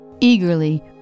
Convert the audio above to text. Eagerly